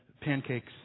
pancakes